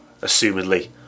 assumedly